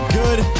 good